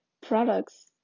products